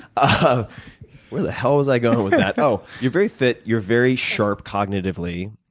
ah where the hell was i going with that? oh. you're very fit. you're very sharp cognitively.